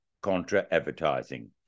contra-advertising